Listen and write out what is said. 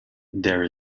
there